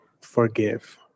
forgive